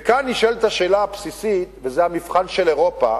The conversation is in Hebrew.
וכאן נשאלת השאלה הבסיסית, וזה המבחן של אירופה,